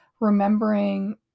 Remembering